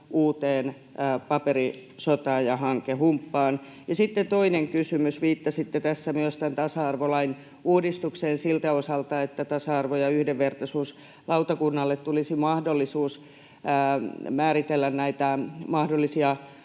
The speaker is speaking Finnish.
uuteen paperisotaan ja hankehumppaan? Sitten toinen kysymys: Viittasitte tässä myös tasa-arvolain uudistukseen siltä osalta, että tasa-arvo- ja yhdenvertaisuuslautakunnalle tulisi mahdollisuus määritellä näitä mahdollisia